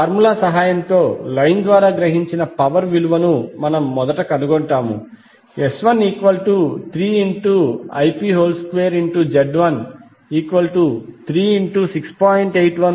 ఈ ఫార్ములా సహాయంతో లైన్ ద్వారా గ్రహించిన పవర్ విలువను మనం మొదట కనుగొంటాము Sl3Ip2Zl36